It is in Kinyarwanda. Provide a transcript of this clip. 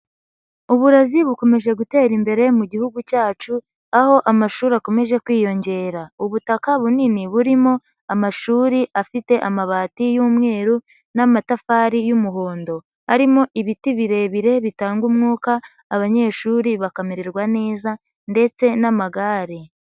Uburezi bukomeje gutera imbere mu gihugu cyacu aho amashuri akomeje kwiyongera, ubutaka bunini burimo amashuri afite amabati y'umweru n'amatafari y'umuhondo, harimo ibiti birebire bitanga umwuka abanyeshuri bakamererwa neza ndetse n'amagare.